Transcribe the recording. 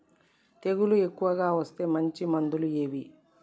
తెగులు ఎక్కువగా వస్తే మంచి మందులు ఏవి?